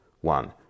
one